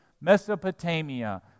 Mesopotamia